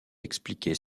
expliquer